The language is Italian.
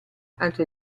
altre